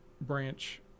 branch